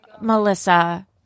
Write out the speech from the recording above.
Melissa